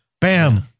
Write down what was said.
Bam